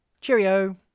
Cheerio